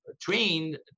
trained